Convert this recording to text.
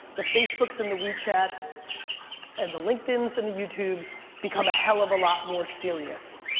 the facebooks and the wechats and the linkedins and the youtubes become a hell of a lot more serious.